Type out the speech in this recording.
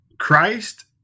Christ